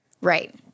Right